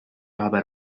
haber